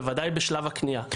בוודאי בשלב הקניה.